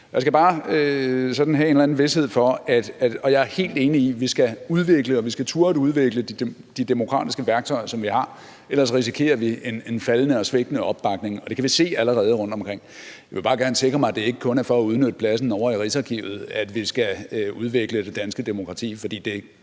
og ikke borgerne, som er i det pågældende Ting. Jeg er helt enig i, at vi skal udvikle, og vi skal turde at udvikle de demokratiske værktøjer, som vi har, ellers risikerer vi en faldende og svækket opbakning, og det kan vi se allerede rundtomkring. Jeg vil bare gerne sikre mig, at det ikke kun er for at udnytte pladsen ovre i Rigsarkivet, at vi skal udvikle det danske demokrati, for det kunne